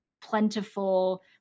plentiful